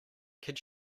could